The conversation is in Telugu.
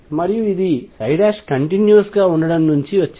మరియు ఇది కంటిన్యూస్ గా ఉండటం నుండి వచ్చింది